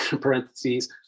parentheses